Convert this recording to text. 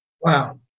Wow